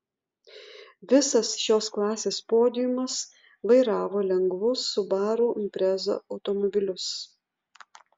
visas šios klasės podiumas vairavo lengvus subaru impreza automobilius